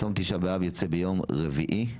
צום תשעה באב יוצא ביום חמישי,